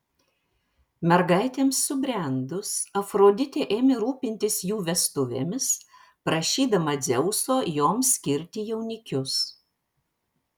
mergaitėms subrendus afroditė ėmė rūpintis jų vestuvėmis prašydama dzeuso joms skirti jaunikius